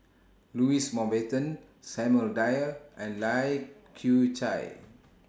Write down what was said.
Louis Mountbatten Samuel Dyer and Lai Kew Chai